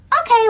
Okay